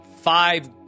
five